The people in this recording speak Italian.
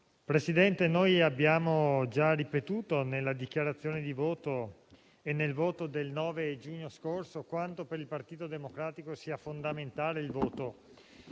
Presidente, il mio Gruppo ha già ripetuto nella dichiarazione di voto e nel voto del 9 giugno scorso quanto per il Partito Democratico sia fondamentale il voto